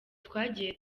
twagiye